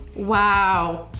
wow.